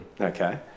Okay